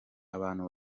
abantu